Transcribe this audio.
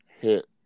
hit